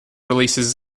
releases